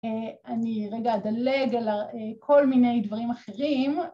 אני רגע אדלג על כל מיני דברים אחרים